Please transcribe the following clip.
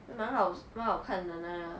蛮好蛮好看的呢